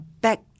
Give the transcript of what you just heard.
back